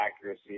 accuracy